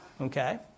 okay